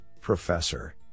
Professor